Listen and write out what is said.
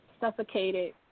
suffocated